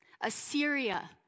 Assyria